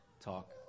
talk